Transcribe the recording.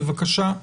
בבקשה,